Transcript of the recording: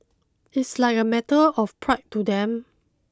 it's like a matter of pride to them